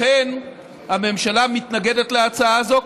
לכן הממשלה מתנגדת להצעה הזו.